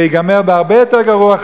זה ייגמר בהרבה יותר גרוע,